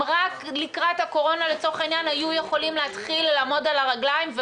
רק לקראת הקורונה הם היו יכולים להתחיל לעמוד על הרגליים,